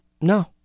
No